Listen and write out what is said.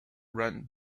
being